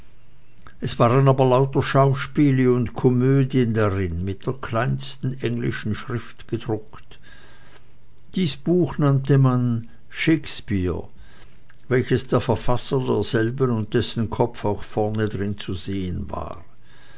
es waren aber lauter schauspiele und komödien darin mit der kleinsten englischen schrift gedruckt dies buch nannte man den shakespeare welches der verfasser desselben und dessen kopf auch vorne drin zu sehen war